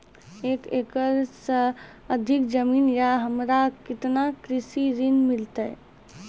एक एकरऽ से अधिक जमीन या हमरा केतना कृषि ऋण मिलते?